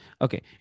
Okay